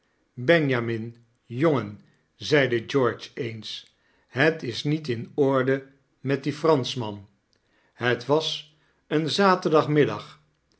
benjamin jongen zeide george eens het is niet in orde met dien franschman het was een zaterdagmiddag